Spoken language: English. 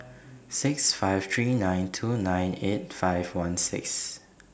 six five three nine two nine eight five one six